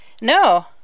No